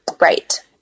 right